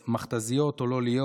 מכת"זיות או לא להיות.